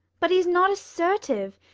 but he's not assertive.